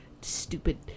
stupid